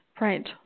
Right